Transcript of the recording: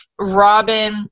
Robin